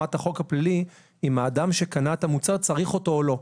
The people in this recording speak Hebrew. ברמת החוק הפלילי אם האדם שקנה את המוצר צריך אותו או לא.